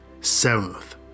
Seventh